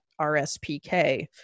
RSPK